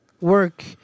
work